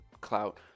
clout